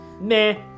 meh